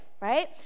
right